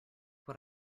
what